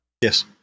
Yes